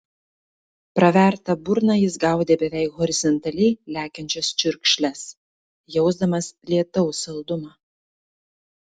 praverta burna jis gaudė beveik horizontaliai lekiančias čiurkšles jausdamas lietaus saldumą